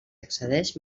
accedeix